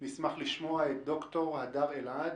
נשמח לשמוע את ד"ר הדר אלעד,